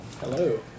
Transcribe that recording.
Hello